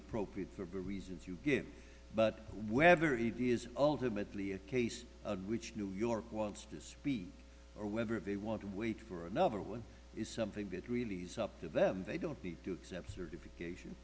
appropriate for reasons you give but wherever it is ultimately a case which new york wants this week or whether they want to wait for another one is something that really is up to them they don't need to accept certification